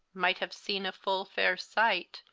might have seen a full fayre sight,